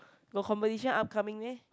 got competition upcoming meh